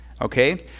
okay